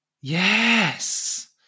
Yes